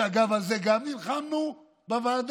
אגב, גם על זה נלחמנו בוועדה,